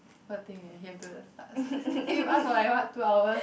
poor thing eh he have to start st~ st~ stay with us for like what two hours